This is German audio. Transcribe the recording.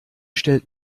stellt